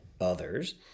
others